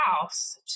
house